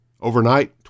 Overnight